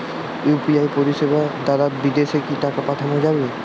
UPI পরিষেবা দারা বিদেশে কি টাকা পাঠানো যাবে?